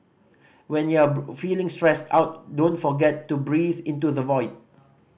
when you are feeling stressed out don't forget to breathe into the void